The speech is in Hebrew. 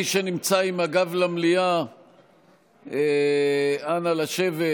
מי שנמצא עם הגב למליאה, אנא, לשבת.